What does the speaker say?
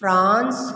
France